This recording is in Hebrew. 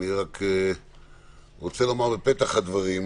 אני רוצה לומר בפתח הדברים.